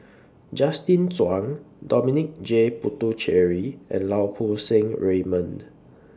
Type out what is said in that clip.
Justin Zhuang Dominic J Puthucheary and Lau Poo Seng Raymond